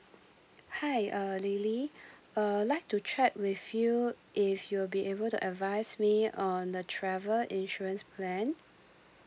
hi uh lily uh like to check with you if you will be able to advise me on the travel insurance plan